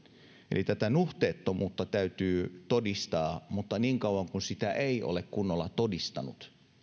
eli tätä nuhteettomuutta täytyy todistaa mutta niin kauan kuin sitä ei ole kunnolla todistanut